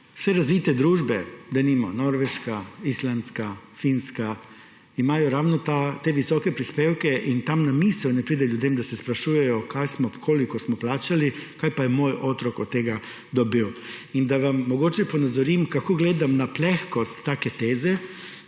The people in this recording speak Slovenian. Vse razvite družbe, denimo Norveška, Islandska, Finska, imajo ravno te visoke prispevke in tam na misel ne pride ljudem, da se sprašujejo, kaj in koliko smo plačali, kaj pa je moj otrok od tega dobil. Da vam mogoče ponazorim, kako gledam na plehkost take teze,